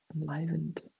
enlivened